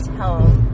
home